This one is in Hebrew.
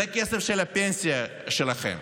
זה הכסף של הפנסיה שלכם.